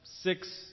six